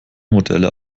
modelle